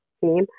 team